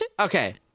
Okay